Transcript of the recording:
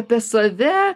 apie save